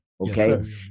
Okay